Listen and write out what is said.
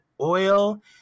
oil